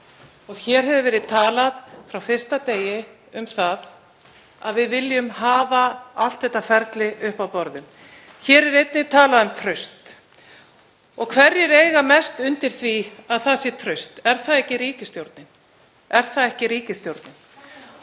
Hér hefur verið talað frá fyrsta degi um það að við viljum hafa allt þetta ferli uppi á borðum. Hér er einnig talað um traust, og hverjir eiga mest undir því að það sé traust? Er það ekki ríkisstjórnin? Ég vil árétta